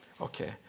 Okay